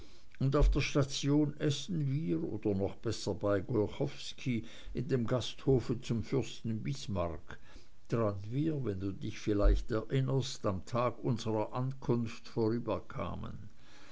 und auf der station essen wir oder noch besser bei golchowski in dem gasthof zum fürsten bismarck dran wir wenn du dich vielleicht erinnerst am tag unserer ankunft